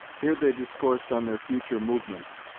here they discoursed on their future movements,